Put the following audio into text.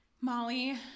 Molly